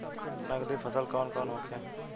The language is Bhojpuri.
नकदी फसल कौन कौनहोखे?